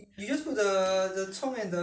mm